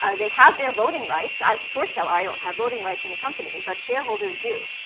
ah they have their voting rights. as a short seller i don't have voting rights in a company, but shareholders do.